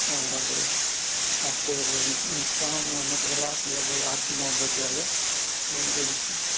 और आपको शाम मतलब रात लगभग आठ नौ बज जाएगा घूमते घूमते